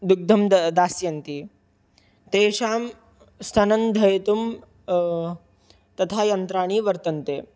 दुग्धं द दास्यन्ति तेषां स्थनन्धयितुं तथा यन्त्राणि वर्तन्ते